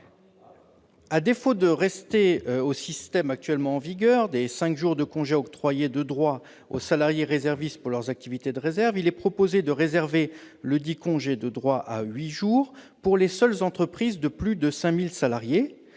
À défaut du maintien du système actuellement en vigueur des cinq jours de congé octroyés de droit aux salariés réservistes pour leurs activités au titre de la réserve, il est proposé de réserver ledit congé de droit à huit jours pour les seules entreprises de plus de 5 000 salariés,